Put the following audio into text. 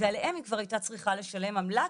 ועליהם היא כבר הייתה צריכה לשלם עמלה,